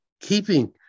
keeping